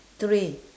three